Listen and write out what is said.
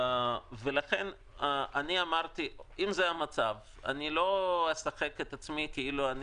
לכן אמרתי שאם זה המצב אני לא אשחק כאילו אני